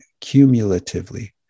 cumulatively